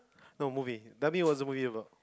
the movie tell me what was the movie about